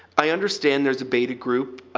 i understand there is a beta group.